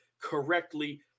correctly